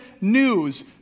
news